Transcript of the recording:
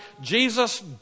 Jesus